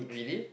really